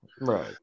Right